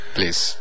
Please